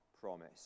promise